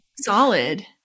Solid